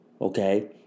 Okay